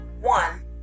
one